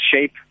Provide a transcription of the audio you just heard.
shape